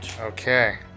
Okay